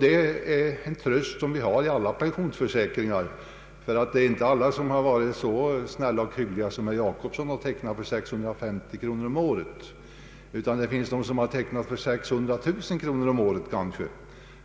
Det är en tröst som vi har när det gäller nästan alla pensionsförsäkringar. Men det är inte alla som har varit så hyggliga som herr Jacobsson och nöjt sig med att teckna försäkringar för 650 kronor om året. Det finns de som har tecknat försäkringar för 600 000 kronor om året, och